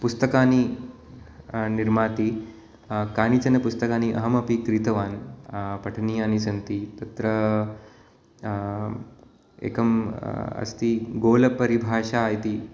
पुस्तकानि निर्माति कानिचनपुस्तकानि अहमपि क्रीतवान् पठनीयानि सन्ति तत्र एकम् अस्ति गोलपरिभाषा इति